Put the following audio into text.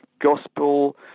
gospel